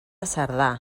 cerdà